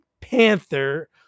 Panther